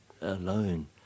alone